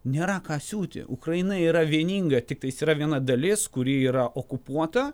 nėra ką siūti ukraina yra vieninga tiktais yra viena dalis kuri yra okupuota